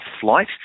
flight